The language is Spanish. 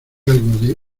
algo